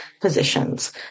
positions